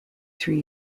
three